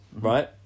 right